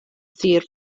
sir